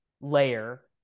layer